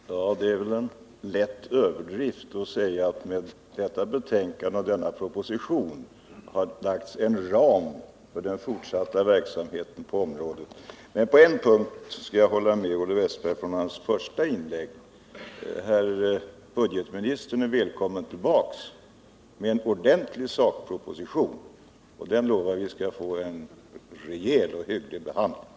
Herr talman! Ja, det är väl en lätt överdrift att säga att man med detta betänkande och denna proposition har fastlagt en ram för den fortsatta verksamheten på området. På en punkt skall jag dock hålla med Olle Wästberg. Budgetministern är välkommen tillbaka med en ordentlig sakproposition. Den lovar vi skall få en rejäl och hygglig behandling.